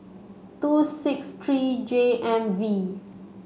two six three J M V